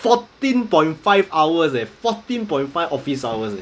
fourteen point five hours eh fourteen point five office hours eh